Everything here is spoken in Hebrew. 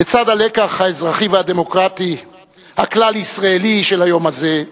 בצד הלקח האזרחי והדמוקרטי הכלל-ישראלי של היום הזה,